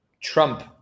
Trump